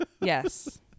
Yes